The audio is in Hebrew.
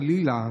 חלילה,